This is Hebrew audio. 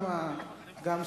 למה אף אחד מהמפלגה שלו לא נמצא?